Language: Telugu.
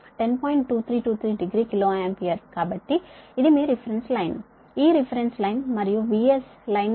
2323 డిగ్రీ కిలో ఆంపియర్ కాబట్టి ఇది మీ రిఫరెన్స్ లైన్ ఈ రిఫరెన్స్ లైన్ మరియు VS లైన్ నుండి లైన్ 5